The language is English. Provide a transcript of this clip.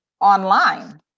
online